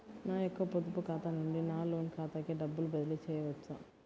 నా యొక్క పొదుపు ఖాతా నుండి నా లోన్ ఖాతాకి డబ్బులు బదిలీ చేయవచ్చా?